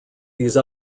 these